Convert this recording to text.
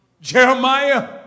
Jeremiah